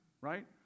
right